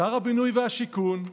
שר הבינוי והשיכון,